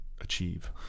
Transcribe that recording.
achieve